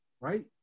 right